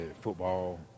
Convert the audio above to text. football